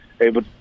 able